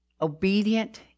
obedient